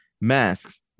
Masks